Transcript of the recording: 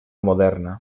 moderna